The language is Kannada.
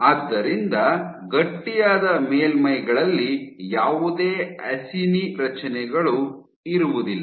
ಆದ್ದರಿಂದ ಗಟ್ಟಿಯಾದ ಮೇಲ್ಮೈಗಳಲ್ಲಿ ಯಾವುದೇ ಅಸಿನಿ ರಚನೆಗಳು ಇರುವುದಿಲ್ಲ